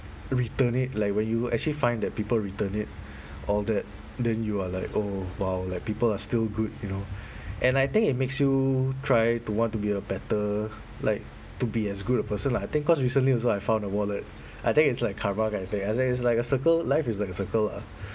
return it like when you actually find that people return it all that then you are like oh !wow! like people are still good you know and I think it makes you try to want to be a better like to be as good a person like I think cause recently also I found a wallet I think it's like karma kind of thing as in it's like a circle life is like a circle lah